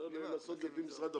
צריך לעשות את זה לפי משרד הפנים.